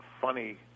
funny